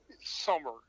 summer